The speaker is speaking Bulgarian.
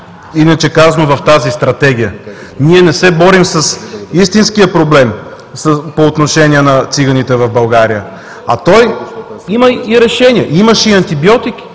иначе казано, в тази Стратегия. Ние не се борим с истинския проблем по отношение на циганите в България, а той има и решение, имаше и антибиотик,